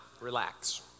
relax